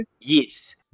Yes